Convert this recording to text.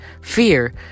fear